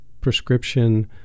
prescription